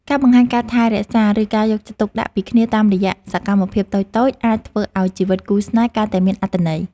ការបង្ហាញការថែរក្សា ឬការយកចិត្តទុកដាក់ពីគ្នាតាមរយៈសកម្មភាពតូចៗអាចធ្វើឱ្យជីវិតគូស្នេហ៍កាន់តែមានអត្ថន័យ។